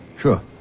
Sure